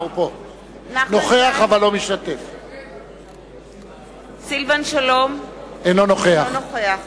אינו משתתף בהצבעה סילבן שלום, אינו נוכח